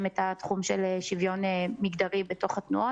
את תחום השוויון המגדרי בתוך התנועות,